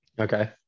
Okay